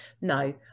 no